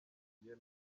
yahiye